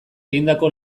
egindako